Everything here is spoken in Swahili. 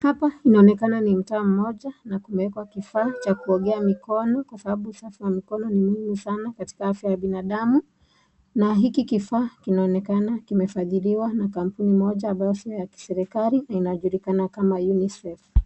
Hapa inaonekana ni mtaa mmoja na kumeekwa kifaa cha kuongea mikono kwa sababu usafi wa mikono ni muhimu sana katika afya ya binadamu na hiki kifaa kinaonekana kimefadhiliwa na kampuni moja ambayo si ya kiserikali inajulikana kama UNICEF .